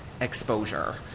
exposure